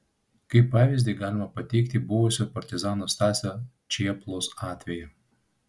kaip pavyzdį galima pateikti buvusio partizano stasio čėplos atvejį